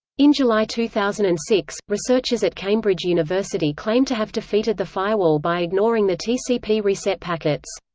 in july two thousand and six, researchers at cambridge university claimed to have defeated the firewall by ignoring the tcp reset packets.